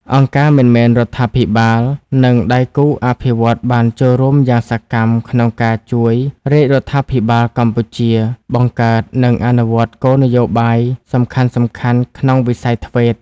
អង្គការមិនមែនរដ្ឋាភិបាល និងដៃគូអភិវឌ្ឍន៍បានចូលរួមយ៉ាងសកម្មក្នុងការជួយរាជរដ្ឋាភិបាលកម្ពុជាបង្កើត និងអនុវត្តគោលនយោបាយសំខាន់ៗក្នុងវិស័យ ធ្វេត TVET។